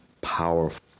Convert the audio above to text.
powerful